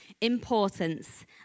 importance